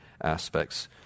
aspects